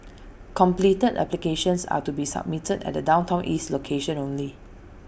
completed applications are to be submitted at the downtown east location only